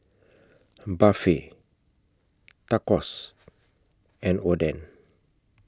Barfi Tacos and Oden